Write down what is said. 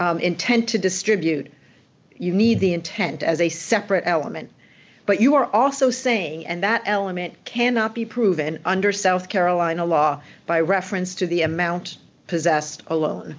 no intent to distribute you need the intent as a separate element but you are also saying and that element cannot be proven under south carolina law by reference to the amount possessed alone